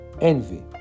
envy